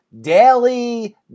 daily